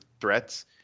threats